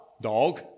dog